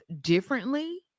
differently